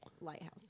lighthouse